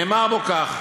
נאמר בו כך: